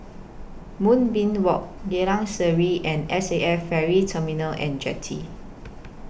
Moonbeam Walk Geylang Serai and S A F Ferry Terminal and Jetty